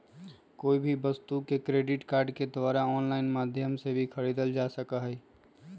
कोई भी वस्तु के क्रेडिट कार्ड के द्वारा आन्लाइन माध्यम से भी खरीदल जा सका हई